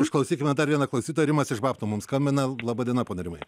išklausykime dar vieną klausytoją rimas iš babtų mums skambina laba diena patarimai